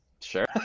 sure